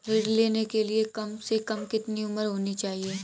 ऋण लेने के लिए कम से कम कितनी उम्र होनी चाहिए?